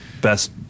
Best